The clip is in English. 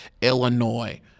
Illinois